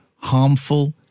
harmful